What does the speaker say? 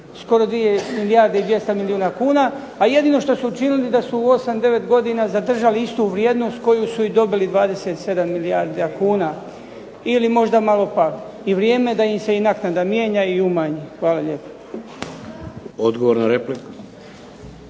skoro 2 milijarde 200 milijuna kuna. A jedino što su učinili da su u 8, 9 godina zadržali istu vrijednost koju su dobili 27 milijardi kuna ili možda malo pali. I vrijeme je da im se naknada mijenja i umanji. Hvala lijepa. **Šeks,